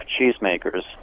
cheesemakers